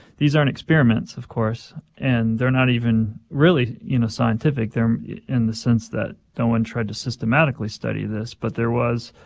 these aren't experiments, of course, and they're not even really, you know, scientific they're in the sense that no one tried to systematically study this. but there was,